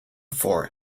for